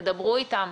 תדברו אתם.